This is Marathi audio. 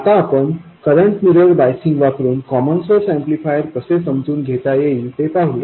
आता आपण करंट मिरर बायसिंग वापरुन कॉमन सोर्स ऍम्प्लिफायर कसे समजावून घेता येईल ते पाहूया